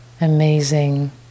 amazing